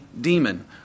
demon